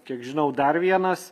kiek žinau dar vienas